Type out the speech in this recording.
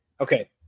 Okay